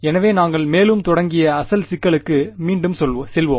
எனவே நாங்கள் மேலும் தொடங்கிய அசல் சிக்கலுக்கு மீண்டும் செல்வோம்